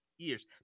years